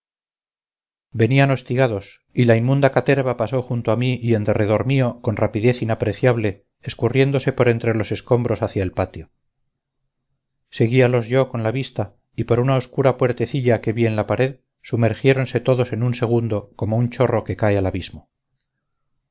venían hostigados y la inmunda caterva pasó junto a mí y en derredor mío con rapidez inapreciable escurriéndose por entre los escombros hacia el patio seguíalos yo con la vista y por una oscura puertecilla que vi en la pared sumergiéronse todos en un segundo como chorro que cae al abismo